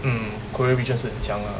mm korea region 是很强 lah